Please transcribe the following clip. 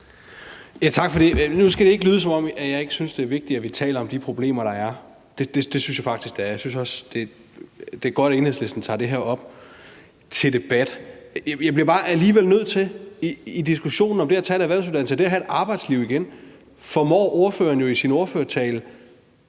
(S): Tak for det. Nu skal det ikke lyde, som om jeg ikke synes, det er vigtigt, at vi taler om de problemer, der er. Det synes jeg faktisk det er. Jeg synes også, det er godt, at Enhedslisten tager det her op til debat. Jeg bliver bare alligevel nødt til i diskussionen om det at tage en erhvervsuddannelse og det at have et arbejdsliv igen at sige, at ordføreren jo i sin ordførertale